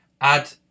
add